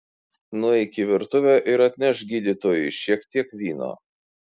nueik į virtuvę ir atnešk gydytojui šiek tiek vyno